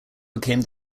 became